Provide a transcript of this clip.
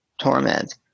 torment